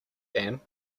ann